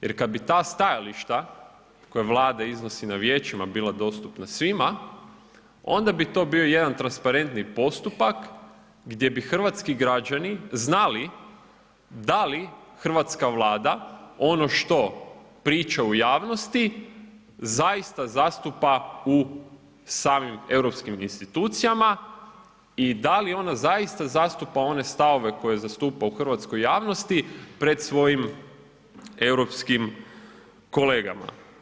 Jer kada bi ta stajališta koja Vlada iznosi na Vijećima bila dostupna svima onda bi to bio jedan transparentni postupak gdje bi hrvatski građani znali da li hrvatska Vlada ono što priča u javnosti zaista zastupa u samim europskim institucijama i da li ona zaista zastupa one stavove koje zastupa u hrvatskoj javnosti pred svojim europskim kolegama.